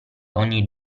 ogni